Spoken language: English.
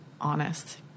honest